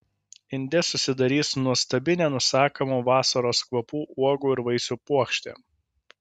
inde susidarys nuostabi nenusakomo vasaros kvapų uogų ir vaisių puokštė